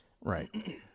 Right